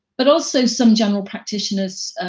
but also some general practitioners,